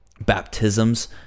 baptisms